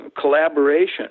collaboration